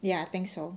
ya I think so